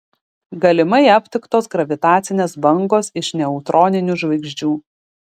galimai aptiktos gravitacinės bangos iš neutroninių žvaigždžių